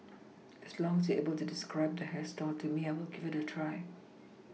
as long as they are able to describe the hairstyle to me I will give it a try